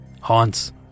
Haunts